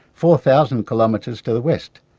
four thousand km um to to the west.